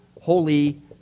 Holy